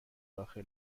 داخل